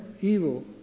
evil